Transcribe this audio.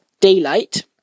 daylight